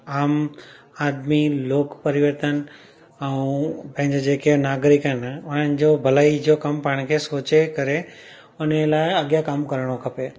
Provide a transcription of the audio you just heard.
आम आदमी लोक परिवर्तन ऐं पंहिंजा जेके नागरिक आहिनि उन्हनि जो भलाई जो कमु पाण खे सोचे करे उनजे लाइ अॻियां कमु करणो खपे